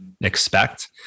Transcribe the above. expect